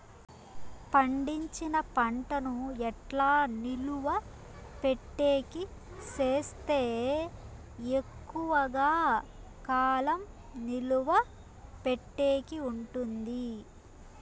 పండించిన పంట ను ఎట్లా నిలువ పెట్టేకి సేస్తే ఎక్కువగా కాలం నిలువ పెట్టేకి ఉంటుంది?